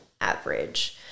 average